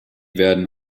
werden